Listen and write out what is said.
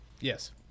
Yes